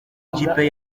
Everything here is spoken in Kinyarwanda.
ikipe